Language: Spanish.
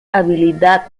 habilidad